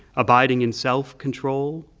abiding and self control,